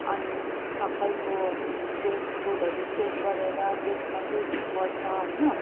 अनि सबैको ड्रेस कोडहरू चेक गरेर ड्रेसमा के डिफल्ट छ होइन